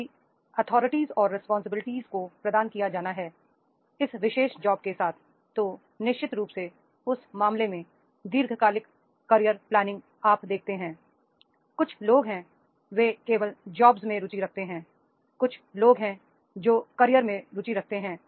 यदि अथॉरिटीज और रिस्पांसिबिलिटीज को प्रदान किया जाना है इस विशेष जॉब के साथ तो निश्चित रूप से उस मामले में दीर्घ कालिक कैरियर प्ला निंग आप देखते हैं कुछ लोग हैं वे केवल जॉब्स में रुचि रखते हैं कुछ लोगों कैरियर में रुचि रखते हैं